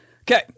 Okay